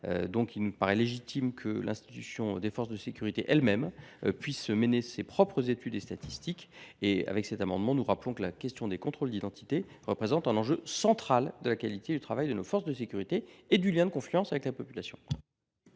Il paraît donc légitime que l’institution des forces de sécurité puisse mener elle même ses propres études et statistiques. L’examen de cet amendement est l’occasion de rappeler que la question des contrôles d’identité représente un enjeu central de la qualité du travail de nos forces de sécurité et du lien de confiance avec la population.